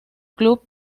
club